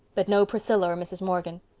but no priscilla or mrs. morgan.